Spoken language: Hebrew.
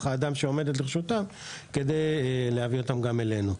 האדם שעומדת לרשותם וכך גם להביא יותר אלינו.